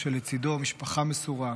כשלצידו משפחה מסורה,